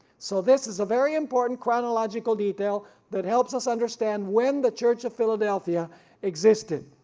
so this is a very important chronological detail that helps us understand when the church of philadelphia existed.